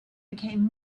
became